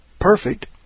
perfect